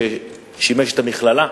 ששימש את המכללה,